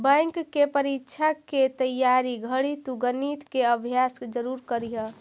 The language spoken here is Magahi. बैंक के परीक्षा के तइयारी घड़ी तु गणित के अभ्यास जरूर करीह